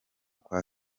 kwa